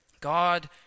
god